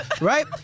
Right